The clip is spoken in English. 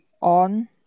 on